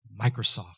Microsoft